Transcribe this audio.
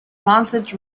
transit